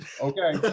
okay